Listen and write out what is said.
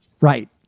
Right